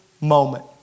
moment